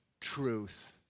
truth